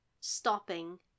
stopping